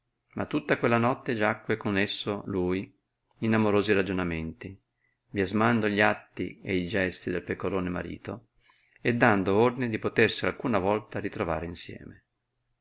ma tutta quella notte giacque con esso lui in amorosi ragionamenti biasmando gli atti ed i gesti del pecorone marito e dando ordine di potersi alcuna volta ritrovare insieme